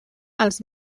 als